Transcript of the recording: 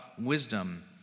wisdom